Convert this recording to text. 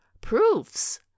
proofs